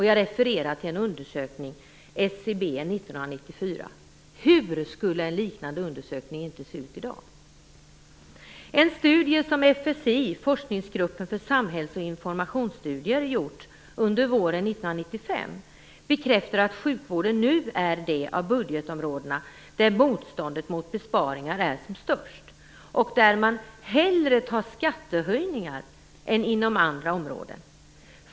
Jag refererar till en undersökning av SCB 1994. Hur skulle en liknande undersökning inte se ut i dag! En studie som FSI, Forskningsgruppen för samhälls och informationsstudier, gjort under våren 1995 bekräftar att sjukvården nu är det av budgetområdena där motståndet mot besparingar är som störst och där man hellre tar skattehöjningar än inom andra områden.